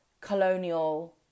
colonial